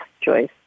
Joyce